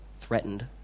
threatened